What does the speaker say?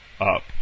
up